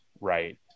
Right